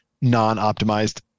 non-optimized